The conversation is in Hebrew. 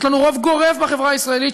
יש לנו רוב גורף בחברה הישראלית,